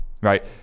right